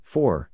Four